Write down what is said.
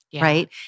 right